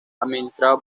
administrado